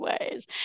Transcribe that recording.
ways